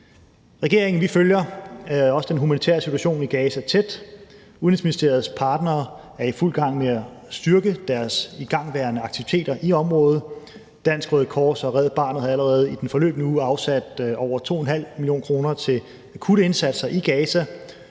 Regeringen følger også den humanitære situation i Gaza tæt. Udenrigsministeriets partnere er i fuld gang med at styrke deres igangværende aktiviteter i området. Dansk Røde Kors og Red Barnet har allerede i den forløbne uge afsat over 2,5 mio. kr. til akutte indsatser i Gaza